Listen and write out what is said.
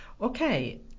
Okay